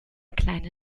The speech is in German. kleine